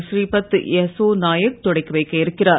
ஸ்ரீபத் யசோ நாயக் தொடக்கிவைக்க இருக்கிறார்